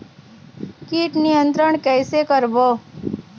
कीट नियंत्रण कइसे करबो?